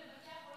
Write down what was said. בקשת הממשלה